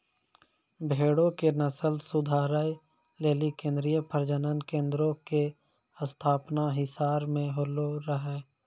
भेड़ो के नस्ल सुधारै लेली केन्द्रीय प्रजनन केन्द्रो के स्थापना हिसार मे होलो रहै